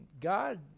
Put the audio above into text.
God